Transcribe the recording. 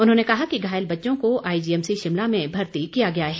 उन्होंने कहा कि घायल बच्चों को आईजीएमसी शिमला में भर्ती किया गया है